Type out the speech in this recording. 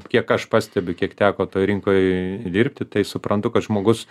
kiek aš pastebiu kiek teko toj rinkoj dirbti tai suprantu kad žmogus